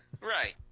Right